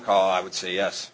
call i would say yes